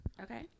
Okay